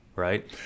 Right